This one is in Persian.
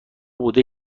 بوده